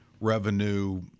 revenue –